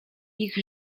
ich